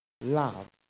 love